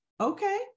okay